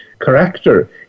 character